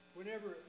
Whenever